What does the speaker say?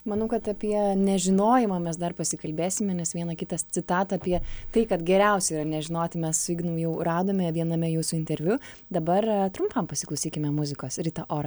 manau kad apie nežinojimą mes dar pasikalbėsime nes vieną kitą citata apie tai kad geriausia yra nežinoti mes su ignu jau radome viename jūsų interviu dabar trumpam pasiklausykime muzikos rita ora